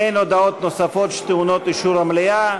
אין הודעות נוספות שטעונות אישור המליאה,